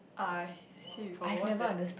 uh see before but what's that